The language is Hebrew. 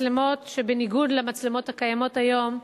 מצלמות שבניגוד למצלמות הקיימות היום,